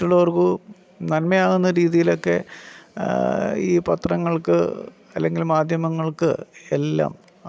മറ്റുള്ളവർക്കു നന്മയാകുന്ന രീതിയിലൊക്കെ ഈ പത്രങ്ങൾക്ക് അല്ലെങ്കിൽ മാധ്യമങ്ങൾക്ക് എല്ലാം